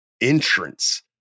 entrance